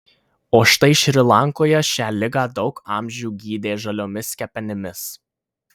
o štai šri lankoje šią ligą daug amžių gydė žaliomis kepenimis